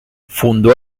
fundó